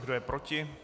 Kdo je proti?